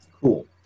Cool